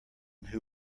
who